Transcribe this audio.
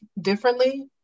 differently